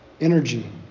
energy